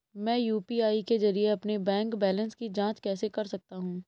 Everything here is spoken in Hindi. मैं यू.पी.आई के जरिए अपने बैंक बैलेंस की जाँच कैसे कर सकता हूँ?